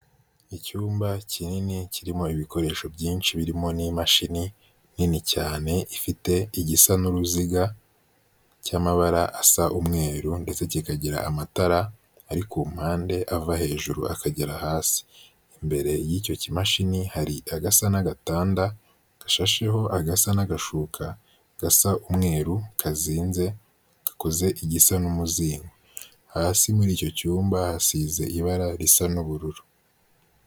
Icyumba kinini kirimo ibikoresho byinshi birimo n'imashini nini cyane ifite igisa n'uruziga cy'amabara asa umweru ndetse kikagira amatara ari ku mpande ava hejuru akagera hasi, imbere y'icyo kimashini hari agasa n'agatanda gashasheho agasa n'agashuka gasa umweru kazinze gakoze igisa n'umuzingo. Hasi muri icyo cyumba hasize ibara risa n'ubururu.